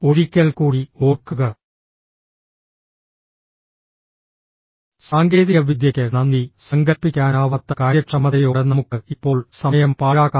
ഒരിക്കൽക്കൂടി ഓർക്കുക സാങ്കേതികവിദ്യയ്ക്ക് നന്ദി സങ്കൽപ്പിക്കാനാവാത്ത കാര്യക്ഷമതയോടെ നമുക്ക് ഇപ്പോൾ സമയം പാഴാക്കാം